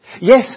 Yes